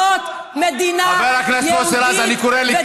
אפילו להבין משפט את לא מסוגלת.